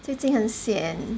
最近很 sian